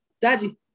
Daddy